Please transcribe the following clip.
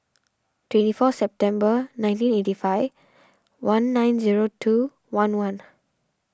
twenty four September nineteen eighty five one nine zero two one one